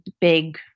big